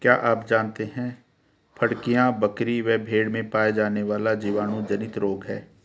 क्या आप जानते है फड़कियां, बकरी व भेड़ में पाया जाने वाला जीवाणु जनित रोग है?